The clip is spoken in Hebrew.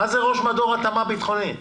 מה זה ראש מדור התאמה ביטחונית?